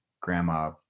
grandma